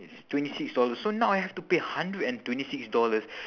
it's twenty six dollars so now I have to pay hundred and twenty six dollars